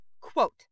Quote